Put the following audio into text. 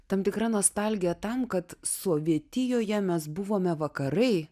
tam tikra nostalgija tam kad sovietijoje mes buvome vakarai